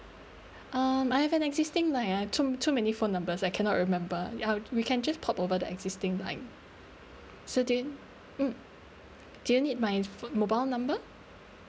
um I have an existing like I too too many phone numbers I cannot remember ya we can just pop over the existing line so do you mm do you need my pho~ mobile number